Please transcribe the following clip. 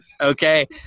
okay